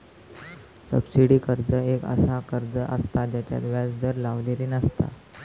subsidy कर्ज एक असा कर्ज असता जेच्यात व्याज दर लावलेली नसता